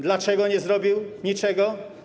Dlaczego nie zrobił niczego?